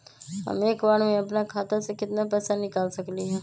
हम एक बार में अपना खाता से केतना पैसा निकाल सकली ह?